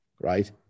right